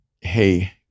hey